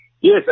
yes